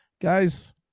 guys